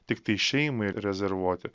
tiktai šeimai rezervuoti